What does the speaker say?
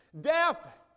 Death